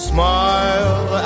Smile